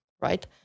right